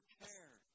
care